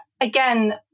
again